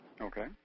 Okay